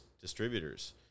distributors